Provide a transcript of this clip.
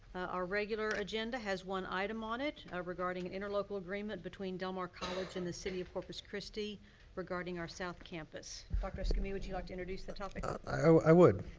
our regular agenda has one item on it. ah regarding and interlocal agreement between del mar college and city of corpus christi regarding our south campus. doctor escamilla, would you like to introduce the topic? i would.